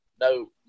no